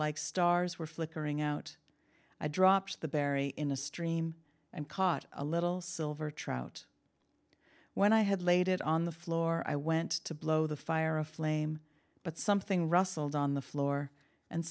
like stars were flickering out i dropped the berry in a stream and caught a little silver trout when i had laid it on the floor i went to blow the fire a flame but something rustled on the floor and